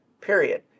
period